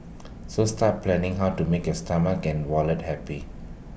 so start planning how to make his stomach and wallets happy